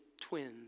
twins